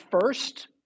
first